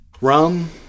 Rum